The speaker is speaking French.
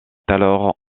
alors